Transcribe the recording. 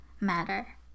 matter